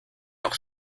auch